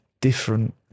different